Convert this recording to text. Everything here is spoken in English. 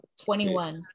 21